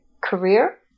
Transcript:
career